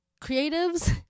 creatives